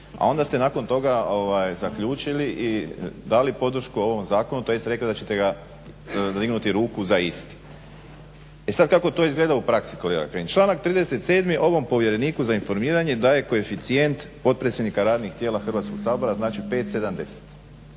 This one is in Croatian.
A onda ste nakon toga zaključili i dali podršku ovom zakonu tj. rekli da ćete dignuti ruku za isti. E sad, kako to izgleda u praksi kolega Kajin? Članak 37. ovom povjereniku za informiranje daje koeficijent potpredsjednika radnih tijela Hrvatskog sabora znači 5,70.